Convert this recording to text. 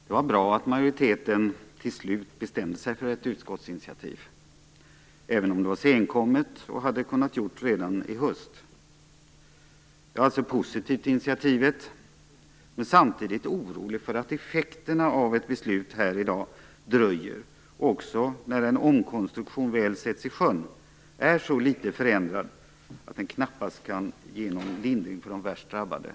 Fru talman! Det var bra att majoriteten till slut bestämde sig för ett utskottsinitiativ, även om det var senkommet och hade kunnat göras redan i höst. Jag är alltså positiv till initiativet. Samtidigt är jag orolig för att effekterna av ett beslut här i dag dröjer. Också när en omkonstruktion väl sätts i sjön är så litet förändrat att det knappast kan ge någon lindring för de värst drabbade.